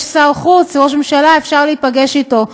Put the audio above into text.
יש שר חוץ, ראש ממשלה, אפשר להיפגש איתו.